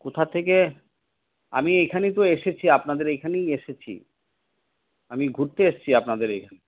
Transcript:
কোথা থেকে আমি এখানেই তো এসেছি আপনাদের এখানেই এসেছি আমি ঘুরতে এসেছি আপনাদের এখানে